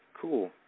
Cool